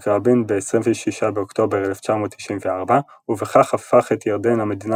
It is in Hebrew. רבין ב-26 באוקטובר 1994 ובכך הפך את ירדן למדינה